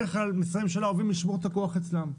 משרדי הממשלה אוהבים לשמור את הכוח אצלם,